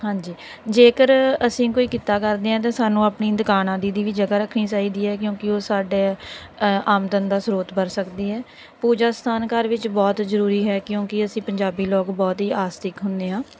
ਹਾਂਜੀ ਜੇਕਰ ਅਸੀਂ ਕੋਈ ਕਿੱਤਾ ਕਰਦੇ ਹਾਂ ਤਾਂ ਸਾਨੂੰ ਆਪਣੀ ਦੁਕਾਨਾਂ ਦੀ ਦੀ ਵੀ ਜਗ੍ਹਾ ਰੱਖਣੀ ਚਾਹੀਦੀ ਹੈ ਕਿਉਂਕਿ ਉਹ ਸਾਡੇ ਆਮਦਨ ਦਾ ਸਰੋਤ ਕਰ ਸਕਦੀ ਹੈ ਪੂਜਾ ਸਥਾਨ ਘਰ ਵਿੱਚ ਬਹੁਤ ਜ਼ਰੂਰੀ ਹੈ ਕਿਉਂਕਿ ਅਸੀਂ ਪੰਜਾਬੀ ਲੋਕ ਬਹੁਤ ਹੀ ਆਸਤਿਕ ਹੁੰਦੇ ਹਾਂ